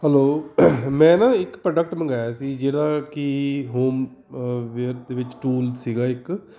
hello ਮੈਂ ਨਾ ਇੱਕ ਪ੍ਰੋਡਕਟ ਮੰਗਾਇਆ ਸੀ ਜਿਹੜਾ ਕਿ ਹੋਮ ਵ ਦੇ ਵਿੱਚ ਟੂਲ ਸੀਗਾ ਇੱਕ